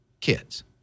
kids